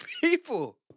people